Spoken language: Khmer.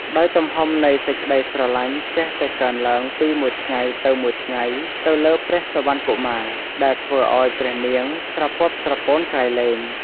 ដោយទំហំនៃសេចក្តីស្រឡាញ់ចេះតែកើនឡើងពីមួយថ្ងៃទៅមួយថ្ងៃទៅលើព្រះសុវណ្ណកុមារ ដែលធ្វើឱ្យព្រះនាងស្រពាប់ស្រពោនក្រៃលែង។